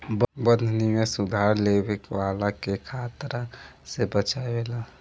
बंध निवेश उधार लेवे वाला के खतरा से बचावेला